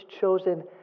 chosen